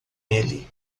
ele